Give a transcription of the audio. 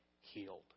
healed